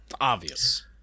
obvious